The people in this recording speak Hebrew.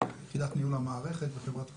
יחידת ניהול המערכת וחברת החשמל.